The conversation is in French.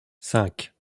cinq